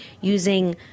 using